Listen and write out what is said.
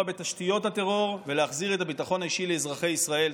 בתשתיות הטרור ולהחזיר את הביטחון האישי לאזרחי ישראל.